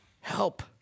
help